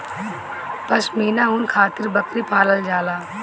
पश्मीना ऊन खातिर बकरी पालल जाला